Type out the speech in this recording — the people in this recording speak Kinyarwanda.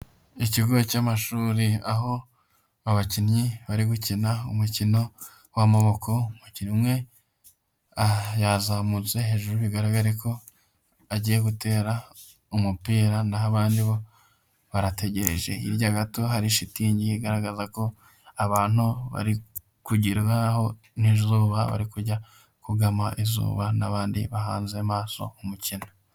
Ikibuga cy'amashuri aho abakinnyi bari gukina umukino w'amaboko, umukinnyi umwe yazamutse hejuru bigaragare ko agiye gutera umupira, naho abandi bo barategereje. Hirya gato hari ishitingi igaragaza ko abantu bari kugerwaho n'izuba bari kujya kugama izuba n'abandi bahanze amaso umukino.